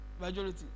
Majority